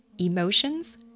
emotions